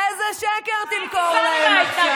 איזה שקר תמכור להם עכשיו,